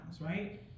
right